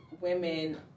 women